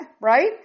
right